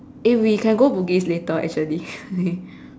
eh we can go Bugis later actually